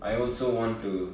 I also want to